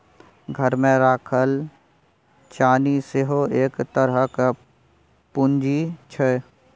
घरमे राखल चानी सेहो एक तरहक पूंजी छै